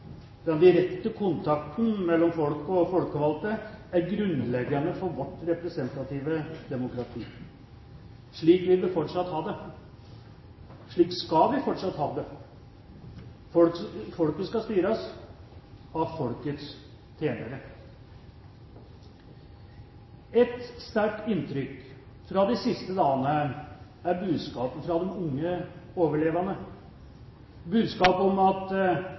Den direkte kontakten mellom folket og folkevalgte er grunnleggende for vårt representative demokrati. Slik vil vi fortsatt ha det. Slik skal vi fortsatt ha det. Folket skal styres av folkets tjenere. Et sterkt inntrykk fra de siste dagene er budskapet fra de unge overlevende, budskapet om at